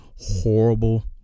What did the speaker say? horrible